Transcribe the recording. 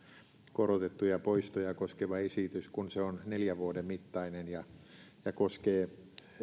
korotettuja poistoja koskeva esitys kun se on neljän vuoden mittainen ja ja koskee